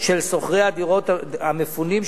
של שוכרי הדירות המפונים,